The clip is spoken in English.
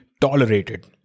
tolerated